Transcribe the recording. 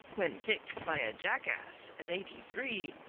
when kicked by a jackass at eighty-three,